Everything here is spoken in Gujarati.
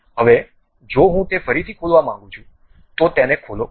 હવે જો હું તે ફરીથી ખોલવા માંગું છું તો તેને ખોલો